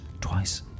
twice